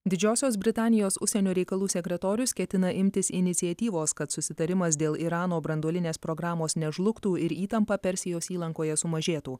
didžiosios britanijos užsienio reikalų sekretorius ketina imtis iniciatyvos kad susitarimas dėl irano branduolinės programos nežlugtų ir įtampa persijos įlankoje sumažėtų